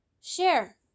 share